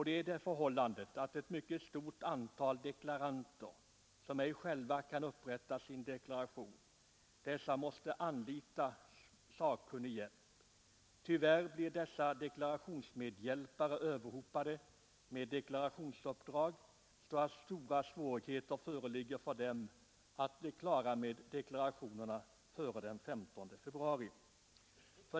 Det är det förhållandet att ett mycket stort antal deklaranter som ej själva kan upprätta sina deklarationer måste anlita sakkunnig hjälp. Tyvärr blir dessa deklarationsmedhjälpare överhopade med deklarationsuppdrag, så att stora svårigheter föreligger för dem att bli klara med deklarationerna före den 15 februari.